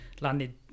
Landed